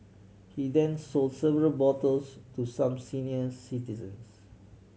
he then sold several bottles to some senior citizens